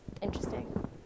interesting